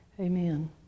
Amen